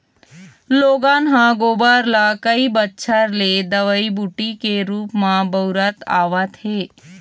लोगन ह गोबर ल कई बच्छर ले दवई बूटी के रुप म बउरत आवत हे